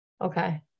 okay